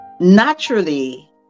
naturally